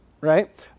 right